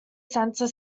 centre